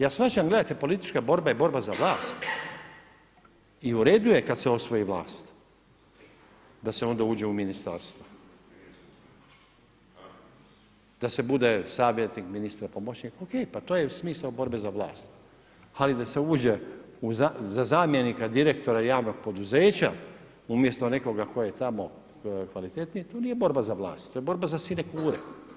Ja shvaćam, gledajte politička borba je borba za vlast i uredu je kada se osvoji vlast da se onda uđe u ministarstva, da se bude savjetnik ministra, pomoćnik, ok pa to je smisao borbe za vlast, ali da se uđe za zamjenika direktora javnog poduzeća umjesto nekoga tko je tamo kvalitetniji, to nije borba za vlast, to je borba za sinekure.